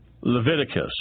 Leviticus